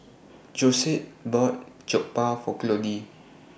Josette bought Jokbal For Claudie